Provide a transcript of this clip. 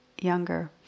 younger